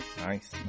nice